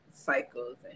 Cycles